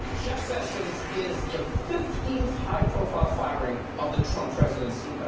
jeff sessions is the fifteenth high-profile firing of the trump presidency. like